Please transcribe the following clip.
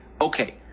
okay